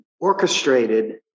orchestrated